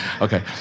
Okay